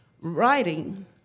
writing